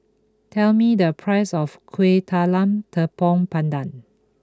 tell me the price of Kuih Talam Tepong Pandan